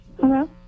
Hello